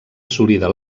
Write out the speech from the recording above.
assolida